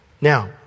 Now